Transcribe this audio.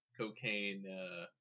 cocaine